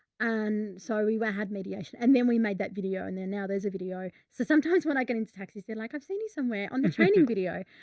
and so we were had mediation, and then we made that video in there. now there's a video. so sometimes when i get into taxis, they like, i've seen you somewhere on the training video.